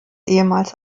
ehemals